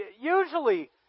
usually